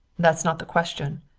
that's not the question.